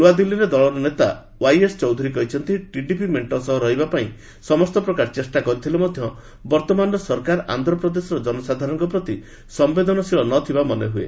ନୂଆଦିଲ୍ଲୀରେ ଦଳର ନେତା ୱାଇଏସ୍ ଚୌଧୁରୀ କହିଛନ୍ତି ଟିଡିପି ମେଣ୍ଟ ସହ ରହିବା ପାଇଁ ସମସ୍ତ ପ୍ରକାର ଚେଷ୍ଟା କରିଥିଲେ ମଧ୍ୟ ବର୍ତ୍ତମାନର ସରକାର ଆନ୍ଧ୍ରପ୍ରଦେଶର ଜନସାଧାରଣଙ୍କ ପ୍ରତି ସମ୍ଭେଦନଶୀଳ ନଥିବା ମନେହୁଏ